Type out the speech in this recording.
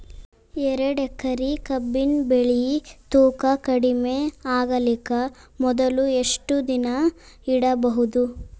ಎರಡೇಕರಿ ಕಬ್ಬಿನ್ ಬೆಳಿ ತೂಕ ಕಡಿಮೆ ಆಗಲಿಕ ಮೊದಲು ಎಷ್ಟ ದಿನ ಇಡಬಹುದು?